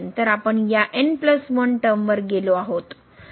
तर आपण या टर्म वर गेलो आहोत